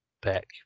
back